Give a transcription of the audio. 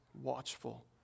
watchful